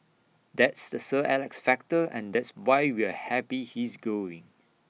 that's the sir Alex factor and that's why we're happy he's going